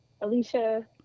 Alicia